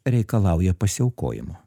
reikalauja pasiaukojimo